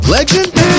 Legend